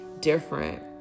different